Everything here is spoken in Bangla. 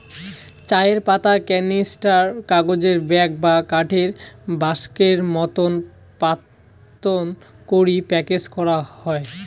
চায়ের পাতা ক্যানিস্টার, কাগজের ব্যাগ বা কাঠের বাক্সোর মতন পাত্রত করি প্যাকেজ করাং হই